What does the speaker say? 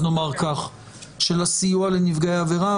אז נאמר שלסיוע לנפגעי עבירה,